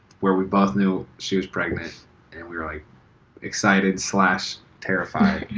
where we both knew she was pregnant and we were like excited slash terrified,